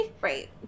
Right